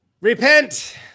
Repent